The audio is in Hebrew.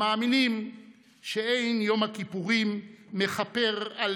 המאמינים שאין יום הכיפורים מכפר על